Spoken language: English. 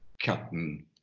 Captain